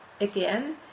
again